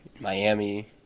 Miami